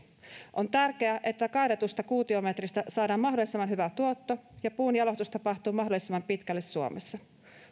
on tärkeää että kaadetusta kuutiometristä saadaan mahdollisimman hyvä tuotto ja puun jalostus tapahtuu mahdollisimman pitkälle suomessa